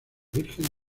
virgen